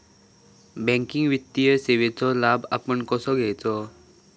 Banking वित्तीय सेवाचो लाभ आपण कसो घेयाचो?